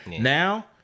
Now